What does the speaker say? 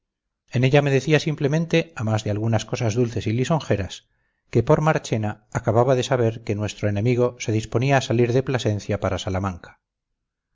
en ella me decía simplemente a más de algunas cosas dulces y lisonjeras que por marchena acababa de saber que nuestro enemigo se disponía a salir de plasencia para salamanca